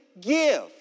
give